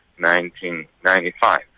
1995